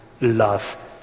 love